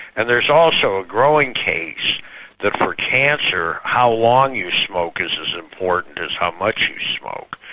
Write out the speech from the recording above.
and there is also a growing case that for cancer, how long you smoke is as important as how much you smoke.